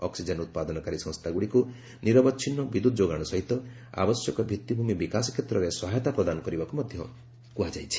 oxygen ଉତ୍ପାଦନକାରୀ ସଂସ୍ଥାଗୁଡ଼ିକୁ ନିରବଚ୍ଛିନ୍ନ ବିଦ୍ୟୁତ୍ ଯୋଗାଣ ସହିତ ଆବଶ୍ୟକ ଭିଭିଭିମି ବିକାଶ କ୍ଷେତ୍ରରେ ସହାୟତା ପ୍ରଦାନ କରିବାକୁ ମଧ୍ୟ କ୍ହାଯାଇଛି